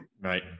Right